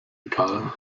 egal